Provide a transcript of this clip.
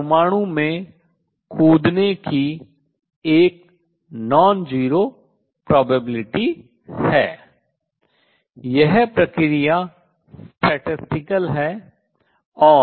या परमाणु में कूदने की एक non zero probablity गैर शून्य संभावना है यह प्रक्रिया सांख्यिकीय है